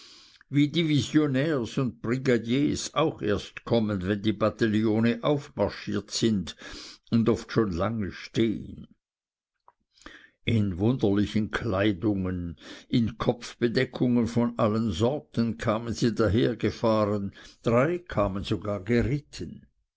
wie divisionärs und brigadiers auch erst kommen wenn die bataillone aufmarschiert sind und oft schon lange stehn in wunderlichen kleidungen in kopfbedeckungen von allen sorten kamen sie dahergefahren drei kamen sogar geritten